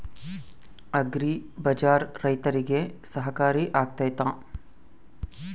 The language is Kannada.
ಅಗ್ರಿ ಬಜಾರ್ ರೈತರಿಗೆ ಸಹಕಾರಿ ಆಗ್ತೈತಾ?